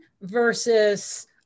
versus